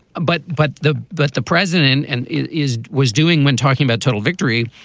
but but the but the president and is was doing when talking about total victory,